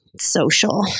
social